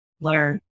learn